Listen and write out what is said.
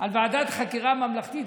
על ועדת חקירה ממלכתית,